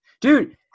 Dude